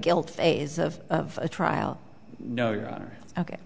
guilt phase of a trial no ok